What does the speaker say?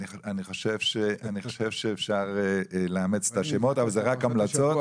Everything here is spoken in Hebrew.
אני חושב שאפשר לאמץ את השמות, אבל זה רק המלצות.